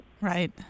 Right